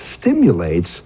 stimulates